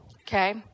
okay